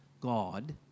God